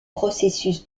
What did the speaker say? processus